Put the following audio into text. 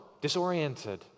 disoriented